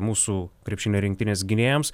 mūsų krepšinio rinktinės gynėjams